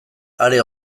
are